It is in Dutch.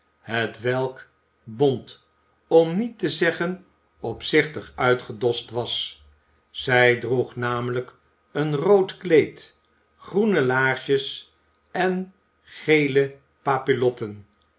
hetwelk bont om niet te zeggen opzichtig uitgedost was zij droeg namelijk een rood kleed groene laarsjes en gele papillotten